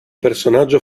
personaggio